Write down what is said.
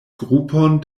grupon